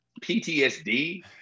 PTSD